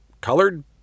colored